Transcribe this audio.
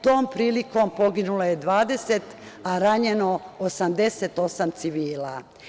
Tom prilikom poginulo je 20, a ranjeno 88 civila.